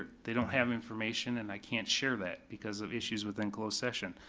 they don't have information and i can't share that, because of issues within closed session.